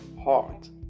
heart